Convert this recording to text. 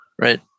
right